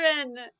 children